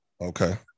okay